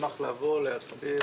נשמח לבוא ולהסביר.